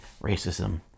racism